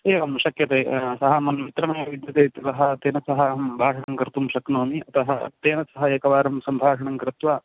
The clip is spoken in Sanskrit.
एवं शक्यते सः मन्मित्रमेव विद्यते इत्यतः तेन सह अहं भाषणं कर्तुं शक्नोमि अतः तेन सह एकवारं सम्भाषणं कृत्वा